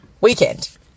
weekend